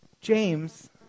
James